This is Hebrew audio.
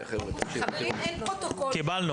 קיבלנו,